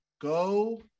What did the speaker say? go